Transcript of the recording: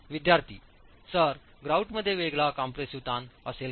विद्यार्थी sir grout मध्ये वेगळा कॉम्प्रेसिव्हताण असेल काय